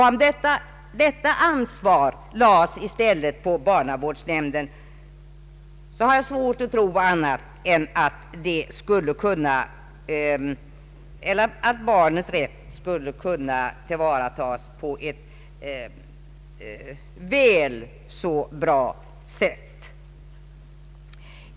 Om detta ansvar i stället lades på barnavårdsnämn den har jag svårt att tro annat än att barnets rätt skulle kunna tillvaratas på ett väl så bra sätt.